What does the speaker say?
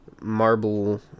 marble